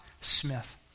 Smith